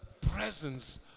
presence